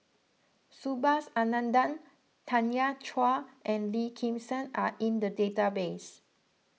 Subhas Anandan Tanya Chua and Lim Kim San are in the database